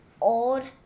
old